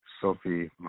Sophie